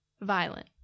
violent